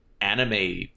anime